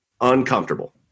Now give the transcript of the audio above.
uncomfortable